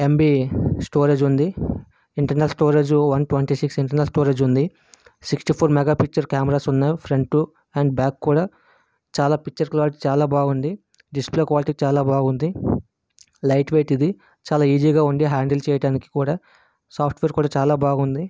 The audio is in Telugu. ఎంబి స్టోరేజ్ వుంది internal storage one twenty six internal storage వుంది sixty four mega picture cameras వున్నాయి ఫ్రంట్ అండ్ బ్యాక్ కూడా చాలా పిక్చర్ క్లారిటీ చాలా బాగుంది డిస్ప్లే క్వాలిటీ చాలా బాగుంది లైట్ వెయిట్ ఇది చాలా ఈజీగా వుండి హేండిల్ చేయడానికి కూడా సాఫ్ట్వేర్ కూడా చాలా బాగుంది